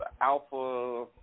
alpha